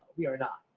we are not.